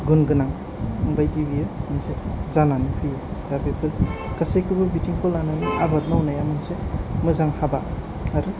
गुनगोनां बायदि बियो मोनसे जानानै फैबाय दा बेफोर गासिबखौबो बिथिंखौ लानानै आबाद मावनाया मोनसे मोजां हाबा आरो